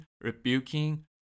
rebuking